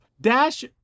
Dash